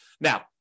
Now